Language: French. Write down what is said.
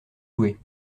jouer